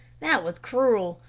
that was cruel.